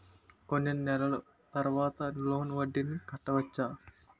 కొన్ని నెలల తర్వాత లోన్ వడ్డీని నేను కట్టవచ్చా?